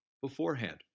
beforehand